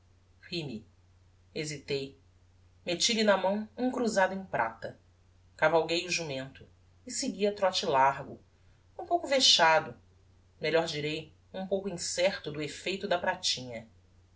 ri-me hesitei metti lhe na mão um cruzado em prata cavalguei o jumento e segui a trote largo um pouco vexado melhor direi um pouco incerto do effeito da pratinha